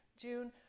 June